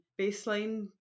baseline